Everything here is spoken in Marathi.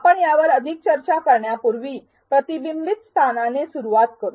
आपण यावर अधिक चर्चा करण्यापूर्वीप्रतिबिंबित स्थानाने सुरूवात करू